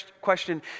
question